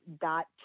dot